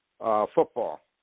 football